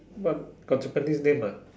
but got Japanese name ah